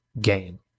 game